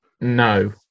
no